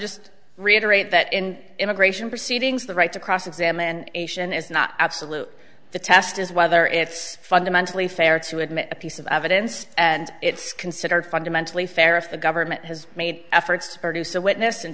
just reiterate that in immigration proceedings the right to cross examination is not absolute the test is whether it's fundamentally fair to admit a piece of evidence and it's considered fundamentally fair if the government has made efforts to produce a witness and